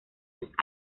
los